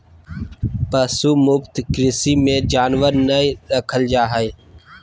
पशु मुक्त कृषि मे जानवर नय रखल जा हय